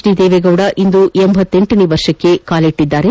D Deve Gowda ಇಂದು ಲಲನೇ ವರ್ಷಕ್ಕೆ ಕಾಲಿಟ್ಟಿದ್ದಾರೆ